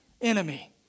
enemy